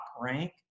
rank